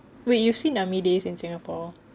where you see army daze in singapore